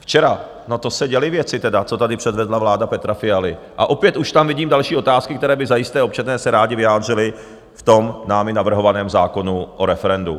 Včera no, to se děly věci tedy, co tady předvedla vláda Petra Fialy, a opět už tam vidím další otázky, ke kterým by zajisté občané se rádi vyjádřili v námi navrhovaném zákonu o referendu.